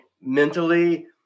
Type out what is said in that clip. mentally